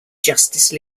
justice